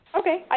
okay